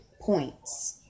points